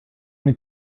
many